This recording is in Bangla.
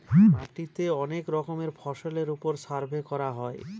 মাটিতে অনেক রকমের ফসলের ওপর সার্ভে করা হয়